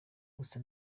gusa